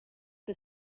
the